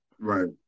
Right